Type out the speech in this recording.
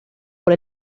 por